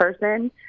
person